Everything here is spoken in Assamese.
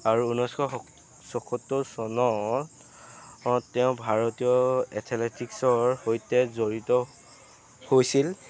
আৰু ঊনৈছশ চৌসত্তৰ চনত তেওঁ ভাৰতীয় এথলেটিকছৰ সৈতে জড়িত হৈছিল